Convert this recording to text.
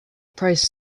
priced